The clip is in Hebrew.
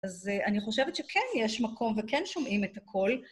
אז אני חושבת שכן יש מקום וכן שומעים את הכול.